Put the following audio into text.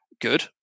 good